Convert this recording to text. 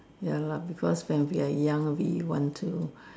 ya lah because when we are young we want to